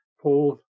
Paul